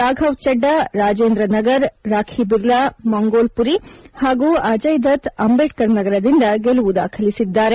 ರಾಫವ್ ಚೆಡ್ನಾ ರಾಜೇಂದ್ರ ನಗರ್ ರಾಖಿ ಬಿರ್ಲಾ ಮಂಗೋಲ್ಮರಿ ಹಾಗೂ ಅಜಯ್ದತ್ ಅಂಬೇಡ್ತರ್ ನಗರದಿಂದ ಗೆಲುವು ದಾಖಲಿಸಿದ್ದಾರೆ